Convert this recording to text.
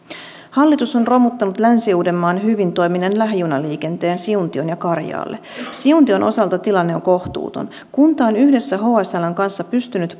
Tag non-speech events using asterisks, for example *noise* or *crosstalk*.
hallitus on romuttanut länsi uudenmaan hyvin toimineen lähijunaliikenteen siuntioon ja karjaalle siuntion osalta tilanne on kohtuuton kunta on yhdessä hsln kanssa pystynyt *unintelligible*